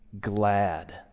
glad